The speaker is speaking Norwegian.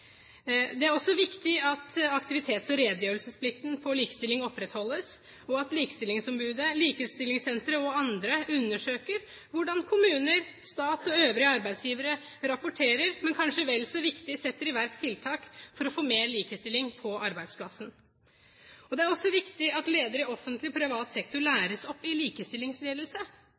Det er også viktig at aktivitets- og redegjørelsesplikten for likestilling opprettholdes, og at Likestillingsombudet, Likestillingssenteret og andre undersøker hvordan kommuner, stat og øvrige arbeidsgivere rapporterer og, kanskje vel så viktig, setter i verk tiltak for å få mer likestilling på arbeidsplassen. Det er også viktig at ledere i offentlig og privat sektor læres opp i likestillingsledelse.